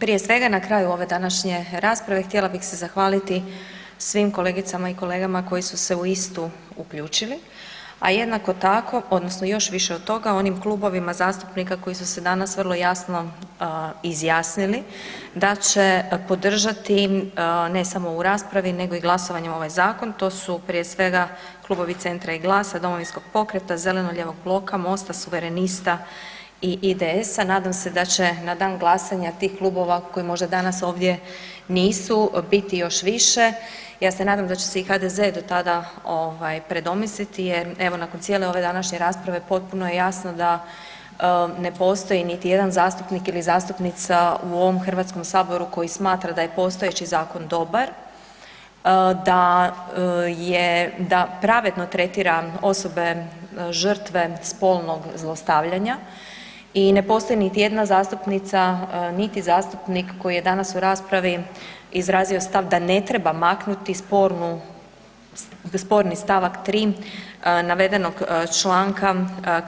Prije svega na kraju ove današnje rasprave, htjela bi se zahvaliti svim kolegicama i kolegama koji su se u istu uključili, a jednako tako, odnosno još više od toga, onim klubovima zastupnika koji su se danas vrlo jasno izjasnili da će podržati ne samo u raspravi nego i glasovanje u ovaj zakon, to su prije svega klubovi Centra i GLAS-a, Domovinskog pokreta, Zeleno-lijevog bloka, Mosta, Suverenista i IDS-a, nadam se da će na dan glasanja tih klubova koji možda danas ovdje nisu, biti još više, ja se nadam da će se HDZ do tada predomisliti jer evo nakon cijele ove današnje rasprave, potpuno je jasno da ne postoji niti jedan zastupnik ili zastupnica u ovom Hrvatskom saboru koji smatra da je postojeći zakon dobar, da pravedno tretira osobe žrtve spolnog zlostavljanja i ne postoji niti jedna zastupnica niti zastupnik koji je danas u raspravi izrazio stav da ne treba maknuti sporni stavak 3. navedenog članka